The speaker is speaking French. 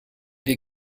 des